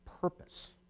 purpose